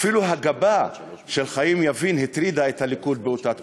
אפילו הגבה של חיים יבין הטרידה את הליכוד באותה תקופה.